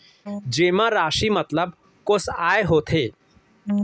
जेमा राशि मतलब कोस आय होथे?